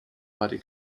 body